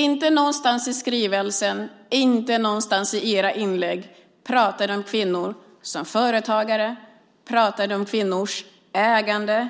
Inte någonstans i skrivelsen och inte någonstans i era inlägg pratar ni om kvinnor som företagare, om kvinnors ägande,